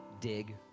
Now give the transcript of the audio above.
dig